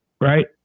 right